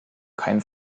keinen